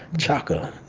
chaka,